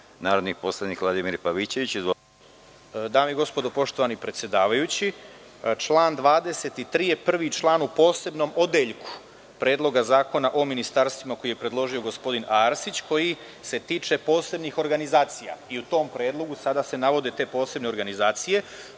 Izvolite. **Vladimir Pavićević** Dame i gospodo, poštovani predsedavajući, član 23. je prvi član u posebnom odeljku Predloga zakona o ministarstvima, koji je predložio gospodin Arsić, koji se tiče posebnih organizacija i u tom predlogu sada se navode te posebne organizacije.